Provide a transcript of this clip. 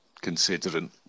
considering